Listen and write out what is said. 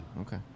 Okay